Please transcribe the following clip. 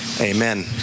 Amen